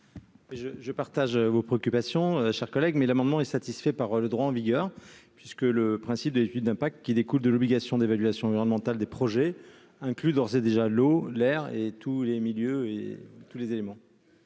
Je partage votre préoccupation, mon cher collègue, mais l'amendement est satisfait par le droit en vigueur. En effet, le principe de l'étude d'impact, qui découle de l'obligation d'évaluation environnementale des projets, inclut l'eau, l'air, tous les milieux et tous les éléments.